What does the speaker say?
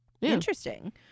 interesting